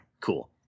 cool